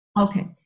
Okay